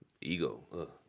ego